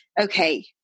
okay